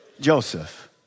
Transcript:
Joseph